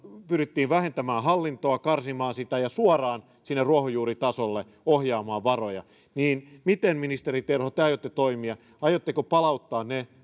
pyrittiin vähentämään hallintoa karsimaan sitä ja suoraan sinne ruohonjuuritasolle ohjaamaan varoja niin miten ministeri terho te aiotte toimia aiotteko palauttaa ne